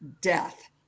death